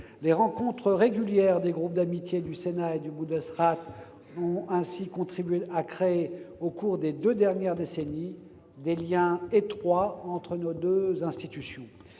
Les rencontres régulières des groupes d'amitié du Sénat et du Bundesrat ont ainsi contribué à créer, au cours des deux dernières décennies, des liens étroits entre nos deux institutions.